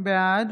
בעד